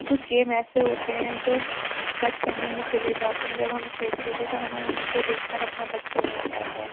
کچھ گیم ایسے ہوتے ہیں جو بچپن میں ہی کھیلے جاتے ہیں جب ہم کھیلتے تھے تو ہمیں ان کو دیکھ کر اپنا بچپن یاد آتا ہے